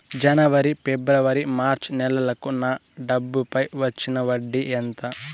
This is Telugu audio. జనవరి, ఫిబ్రవరి, మార్చ్ నెలలకు నా డబ్బుపై వచ్చిన వడ్డీ ఎంత